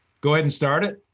go ahead and start it.